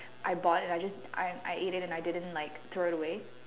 I bought it and I just I I ate it and I didn't like throw it away